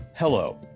Hello